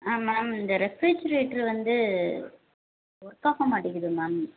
ஆ ma'am இந்த refrigerator வந்து work ஆக மாட்டிங்குது மேம்